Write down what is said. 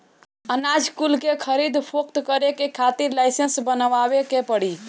अनाज कुल के खरीद फोक्त करे के खातिर लाइसेंस बनवावे के पड़ी